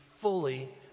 fully